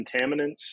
contaminants